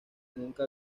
nunca